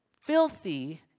filthy